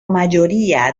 mayoría